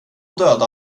döda